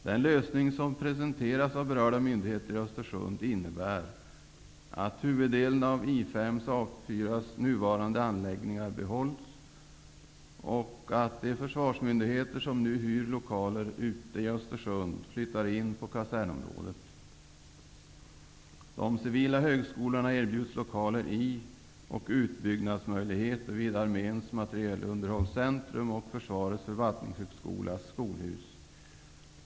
Den lösning som presenterats av berörda myndigheter i Östersund innebär att huvuddelen av I 5:s och A 4:s nuvarande anläggningar behålls och att de försvarsmyndigheter som nu hyr lokaler ute i Östersund flyttar in på kasernområdet. De civila högskolorna erbjuds lokaler i och utbyggnadsmöjligheter vid Arméns materielunderhållscentrum och Försvarets förvaltningshögskolas skolhus.